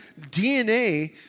DNA